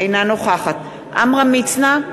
אינה נוכחת עמרם מצנע,